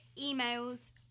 emails